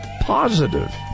Positive